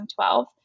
2012